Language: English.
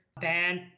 ban